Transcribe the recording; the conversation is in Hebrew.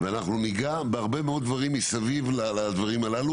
ואנחנו נגע בהרבה מאוד דברים מסביב לדברים הללו,